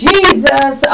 Jesus